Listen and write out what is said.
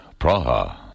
Praha